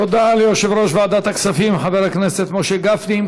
תודה ליושב-ראש ועדת הכספים חבר הכנסת משה גפני.